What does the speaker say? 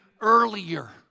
earlier